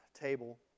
table